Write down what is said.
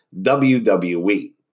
WWE